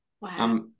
Wow